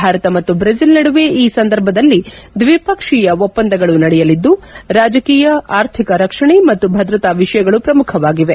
ಭಾರತ ಮತ್ತು ಬ್ರೆಜಿಲ್ ನಡುವೆ ಈ ಸಂದರ್ಭದಲ್ಲಿ ದ್ವಿಪಕ್ಷೀಯ ಒಪ್ಪಂದಗಳು ನಡೆಯಲಿದ್ದು ರಾಜಕೀಯ ಆರ್ಥಿಕ ರಕ್ಷಣೆ ಮತ್ತು ಭದ್ರತಾ ವಿಷಯಗಳು ಪ್ರಮುಖವಾಗಿವೆ